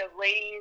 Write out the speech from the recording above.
ladies